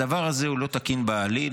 הדבר הזה הוא לא תקין בעליל,